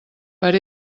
per